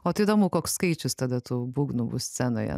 o tai įdomu koks skaičius tada tų būgnų bus scenoje